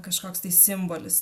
kažkoks tai simbolis